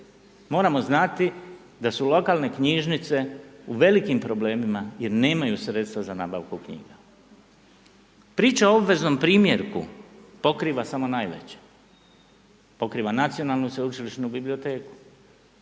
moramo znati da su lokalne knjižnice u velikim problemima jer nemaju sredstva za nabavku knjiga. Priča o obveznom primjerku pokriva samo najveće, pokriva Nacionalnu sveučilišnu biblioteku,